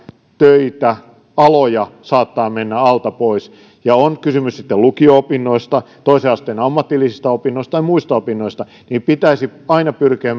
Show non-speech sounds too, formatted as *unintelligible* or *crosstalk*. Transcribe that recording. töitä aloja saattaa mennä alta pois ja on kysymys sitten lukio opinnoista toisen asteen ammatillisista opinnoista tai muista opinnoista niin pitäisi aina pyrkiä *unintelligible*